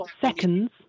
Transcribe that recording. seconds